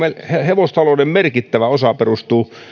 hevostalouden merkittävä osa perustuu